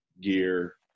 gear